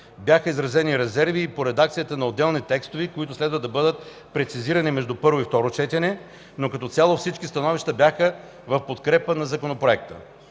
Бяха изразени резерви и по редакцията на отделни текстове, които следва да бъдат прецизирани между първо и второ четене, но като цяло всички становища бяха в подкрепа на законопроекта.